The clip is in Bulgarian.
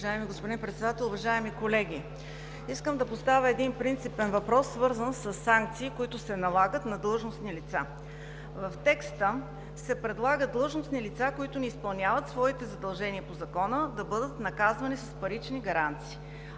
Уважаеми господин Председател, уважаеми колеги! Искам да поставя един принципен въпрос, свързан със санкции, които се налагат на длъжностни лица. В текста се предлага длъжностни лица, които не изпълняват своите задължения по Закона, да бъдат наказвани с парични санкции: